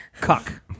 Cuck